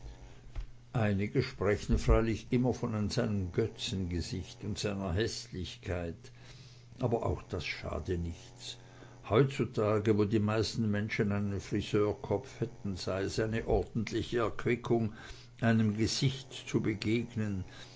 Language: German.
einige sprächen freilich immer von seinem götzengesicht und seiner häßlichkeit aber auch das schade nichts heutzutage wo die meisten menschen einen friseurkopf hätten sei es eine ordentliche erquickung einem gesicht zu begegnen